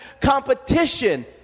competition